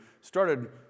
started